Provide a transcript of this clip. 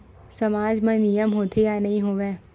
सामाज मा नियम होथे या नहीं हो वाए?